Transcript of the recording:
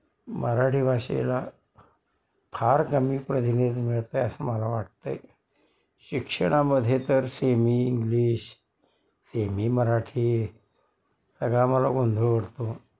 मराठी भाषेला फार कमी प्रतिनिधी मिळतं आहे असं मला वाटतं आहे शिक्षणामध्ये तर सेमी इंग्लिश सेमी मराठी सगळा मला गोंधळ उडतो